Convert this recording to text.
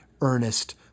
earnest